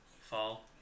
fall